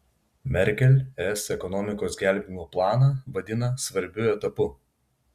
merkel es ekonomikos gelbėjimo planą vadina svarbiu etapu